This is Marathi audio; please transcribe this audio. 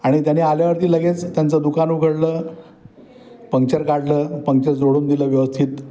आणि त्यांनी आल्यावरती लगेच त्यांचं दुकान उघडलं पंक्चर काढलं पंक्चर जोडून दिलं व्यवस्थित